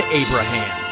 abraham